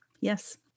Yes